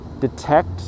detect